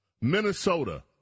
Minnesota